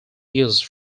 use